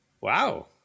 Wow